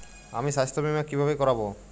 আমি স্বাস্থ্য বিমা কিভাবে করাব?